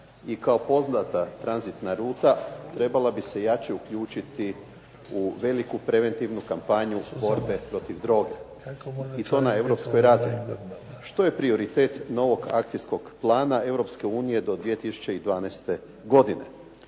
i kao poznata tranzitna ruta trebala bi se jače uključiti u veliku preventivnu kampanju borbe protiv droge i to na europskoj razini što je prioritet novog akcijskog plana Europske unije